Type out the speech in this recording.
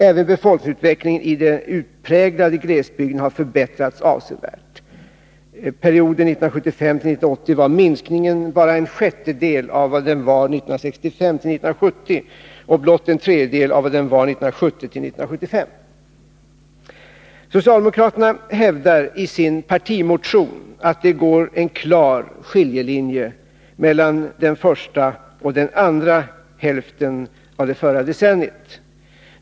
Även befolkningsutvecklingen i den utpräglade glesbygden har förbättrats avsevärt: perioden 1975-1980 var minskningen bara en sjättedel av vad den var 1965-1970 och blott en tredjedel av vad den var 1970-1975. Socialdemokraterna hävdar i sin partimotion att det går en klar skiljelinje mellan den första och den andra hälften av det förra decenniet.